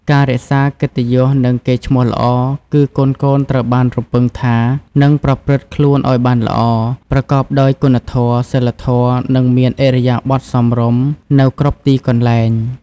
ការរក្សាកិត្តិយស និងកេរ្តិ៍ឈ្មោះល្អ គឺកូនៗត្រូវបានរំពឹងថានឹង ប្រព្រឹត្តខ្លួនឲ្យបានល្អ ប្រកបដោយគុណធម៌ សីលធម៌ និងមានឥរិយាបថសមរម្យ នៅគ្រប់ទីកន្លែង។